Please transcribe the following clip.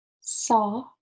saw